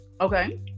Okay